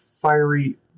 fiery